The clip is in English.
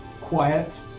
quiet